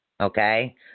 okay